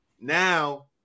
now